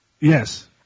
Yes